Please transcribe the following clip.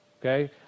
Okay